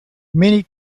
many